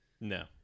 No